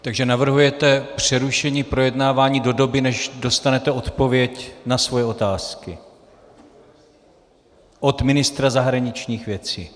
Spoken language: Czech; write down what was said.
Takže navrhujete přerušení projednávání do doby než dostanete odpověď na svoje otázky od ministra zahraničních věcí.